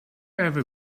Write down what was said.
ever